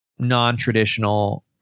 non-traditional